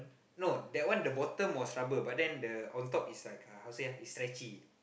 no that one the bottom was rubber but then the on top is like uh how to say ah it's stretchy